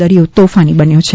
દરિયો તોફાની બન્યો છે